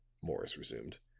morris resumed.